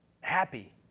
happy